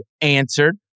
answered